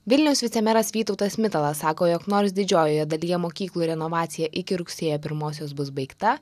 vilniaus vicemeras vytautas mitalas sako jog nors didžiojoje dalyje mokyklų renovacija iki rugsėjo pirmosios bus baigta